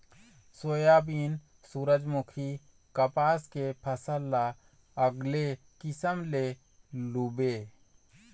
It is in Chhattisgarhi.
सोयाबीन, सूरजमूखी, कपसा के फसल ल अलगे किसम ले लूबे